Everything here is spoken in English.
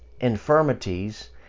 infirmities